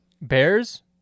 Bears